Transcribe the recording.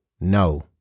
no